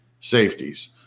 safeties